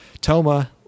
Toma